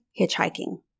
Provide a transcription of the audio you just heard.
hitchhiking